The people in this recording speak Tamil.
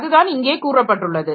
அதுதான் இங்கே கூறப்பட்டுள்ளது